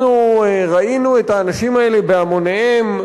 אנחנו ראינו את האנשים האלה בהמוניהם,